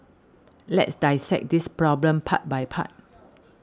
let's dissect this problem part by part